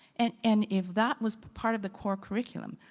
and and if that was part of the core curriculum,